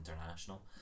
international